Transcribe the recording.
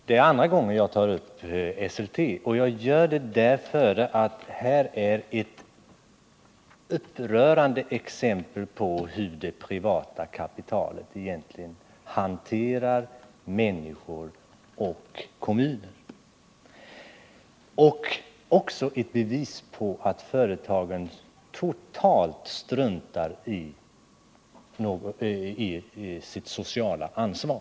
Det är andra gången jag tar upp frågan om Esselte, och jag gör det därför att vi här har ett upprörande exempel på hur det privata kapitalet egentligen hanterar människor och kommuner liksom ett bevis för att företaget totalt struntar i sitt sociala ansvar.